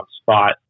spot